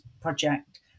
Project